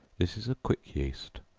this is a quick yeast,